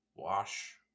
wash